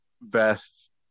best